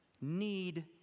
need